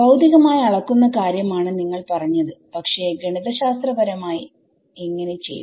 ഭൌതികമായി അളക്കുന്ന കാര്യമാണ് നിങ്ങൾ പറഞ്ഞത് പക്ഷേ ഗണിതശാസ്ത്രപരമായ എങ്ങനെ ചെയ്യും